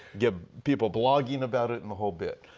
get people blogging about it and the whole bit.